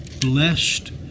Blessed